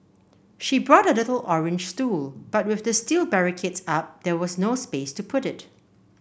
she brought a little orange stool but with the steel barricades up there was no space to put it